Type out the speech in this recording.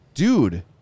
Dude